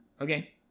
okay